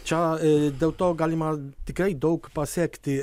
čia dėl to galima tikrai daug pasiekti